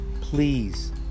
Please